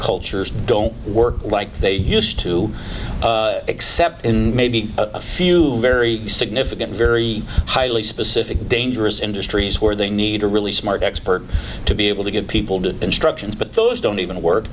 cultures don't work like they used to except in maybe a few very significant very highly specific dangerous industries where they need a really smart expert to be able to get people to instructions but those don't even work